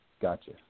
Gotcha